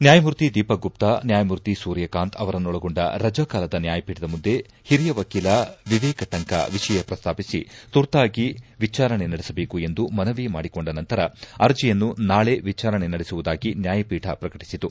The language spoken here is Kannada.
ನ್ನಾಯಮೂರ್ತಿ ದೀಪಕ್ ಗುಪ್ತಾ ನ್ನಾಯಮೂರ್ತಿ ಸೂರ್ಯಕಾಂತ್ ಅವರನ್ನೊಳಗೊಂಡ ರಜಾಕಾಲದ ನ್ನಾಯಪೀಠದ ಮುಂದೆ ಹಿರಿಯ ವಕೀಲ ವಿವೇಕ ಟಂಕಾ ವಿಷಯ ಶ್ರಸ್ತಾಪಿಸಿ ತುರ್ತಾಗಿ ವಿಚಾರಣೆ ನಡೆಸಬೇಕು ಎಂದು ಮನವಿ ಮಾಡಿಕೊಂಡ ನಂತರ ಅರ್ಜಿಯನ್ನು ನಾಳೆ ವಿಚಾರಣೆ ನಡೆಸುವುದಾಗಿ ನ್ನಾಯಪೀಠ ಪ್ರಕಟಿಸಿತು